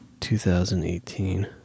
2018